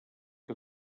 que